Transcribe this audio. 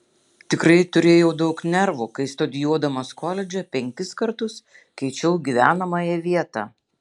tikrai turėjau daug nervų kai studijuodamas koledže penkis kartus keičiau gyvenamąją vietą